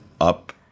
up